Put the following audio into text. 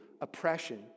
oppression